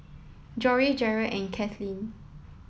Jory Jerrad and Kathlyn